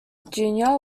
junior